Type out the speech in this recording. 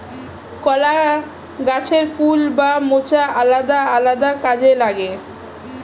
কলা গাছের ফুল বা মোচা আলাদা আলাদা কাজে লাগে